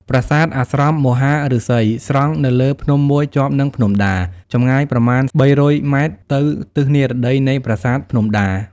ប្រាសាទអាស្រមមហាឫសី សង់នៅលើភ្នំមួយជាប់នឹងភ្នំដា ចម្ងាយប្រមាណ ៣០០ ម៉ែត្រ ទៅទិសនីរតីនៃប្រាសាទភ្នំដា។